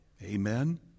Amen